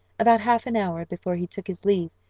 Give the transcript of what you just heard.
about half an hour before he took his leave,